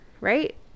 right